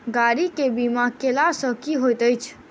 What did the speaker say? गाड़ी केँ बीमा कैला सँ की होइत अछि?